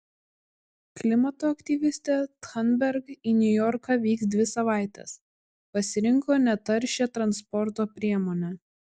klimato aktyvistė thunberg į niujorką vyks dvi savaites pasirinko netaršią transporto priemonę